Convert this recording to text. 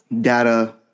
data